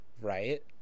right